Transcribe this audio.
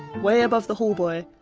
way above the hallboy,